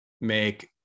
make